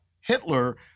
Hitler